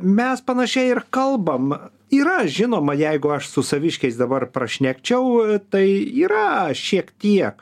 mes panašiai ir kalbam yra žinoma jeigu aš su saviškiais dabar prašnekčiau tai yra šiek tiek